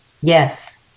Yes